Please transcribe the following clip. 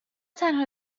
تنها